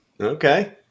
Okay